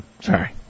Sorry